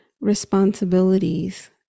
responsibilities